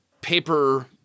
paper